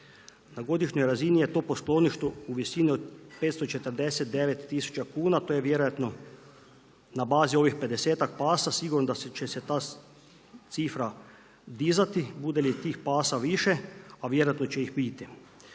Na godišnjoj razini je to po skloništu u visini od 549000 kuna, to je vjerojatno na bazi ovih pedesetak pasa. Sigurno da će se ta cifra dizati bude li tih pasa više, a vjerojatno će ih biti.